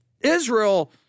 Israel